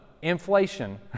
inflation